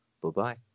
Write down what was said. Bye-bye